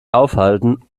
aufhalten